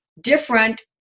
different